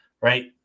right